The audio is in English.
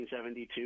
1972